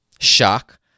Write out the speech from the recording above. shock